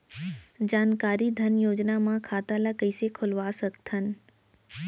जानकारी धन योजना म खाता ल कइसे खोलवा सकथन?